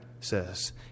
says